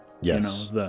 Yes